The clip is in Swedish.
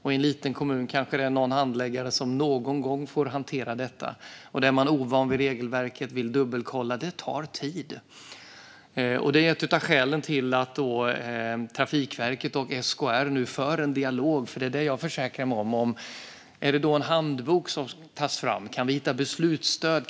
I en liten kommun kanske det är någon handläggare som någon gång får hantera detta. Då är man ovan vid regelverket och vill dubbelkolla. Det tar tid. Det är ett av skälen till att Trafikverket och SKR nu för en dialog - det är det jag försäkrar mig om. Är det en handbok som ska tas fram? Kan vi hitta beslutsstöd?